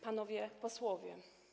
Panowie Posłowie!